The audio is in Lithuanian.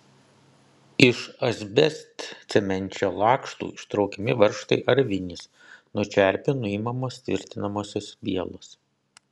iš asbestcemenčio lakštų ištraukiami varžtai ar vinys nuo čerpių nuimamos tvirtinamosios vielos